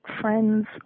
friends